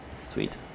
Sweet